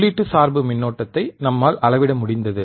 உள்ளீட்டு சார்பு மின்னோட்டத்தை நம்மால் அளவிட முடிந்தது